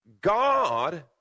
God